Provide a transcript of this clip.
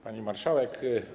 Pani Marszałek!